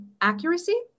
Accuracy